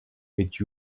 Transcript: гэж